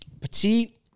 Petite